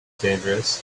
dangerous